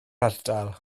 ardal